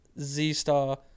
Z-Star